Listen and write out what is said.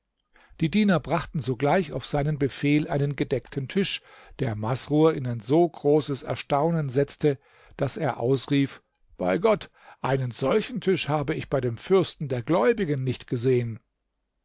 die diener brachten sogleich auf seinen befehl einen gedeckten tisch der masrur in ein so großes erstaunen setzte daß er ausrief bei gott einen solchen tisch habe ich bei dem fürsten der gläubigen nicht gesehen